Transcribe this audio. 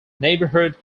neighborhood